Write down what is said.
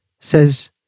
says